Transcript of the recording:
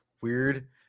weird